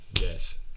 yes